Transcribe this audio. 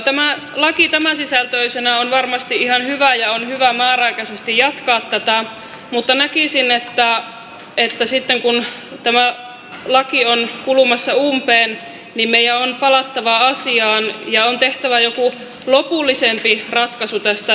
tämä laki tämänsisältöisenä on varmasti ihan hyvä ja on hyvä määräaikaisesti jatkaa tätä mutta näkisin että sitten kun tämä laki on kulumassa umpeen meidän on palattava asiaan ja on tehtävä joku lopullisempi ratkaisu tästä telemarkkinoinnista